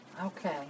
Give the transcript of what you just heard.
Okay